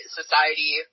society